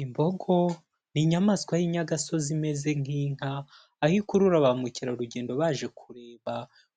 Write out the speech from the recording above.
Imbogo n'inyamaswa y'inyagasozi imeze nk'inka, yo ikurura ba mukerarugendo baje kureba